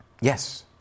Yes